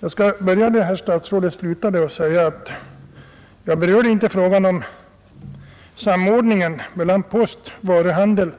Jag skall börja där statsrådet slutade genom att säga att jag inte berörde frågan om samordningen mellan post, varuhandel,